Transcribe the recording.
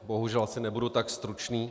Bohužel asi nebudu tak stručný.